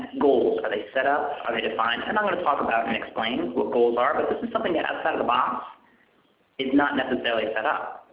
goals, are they set up? are they defined? and i'm going to talk about and explain what goals are, but this is something that outside of the box is not necessarily set up.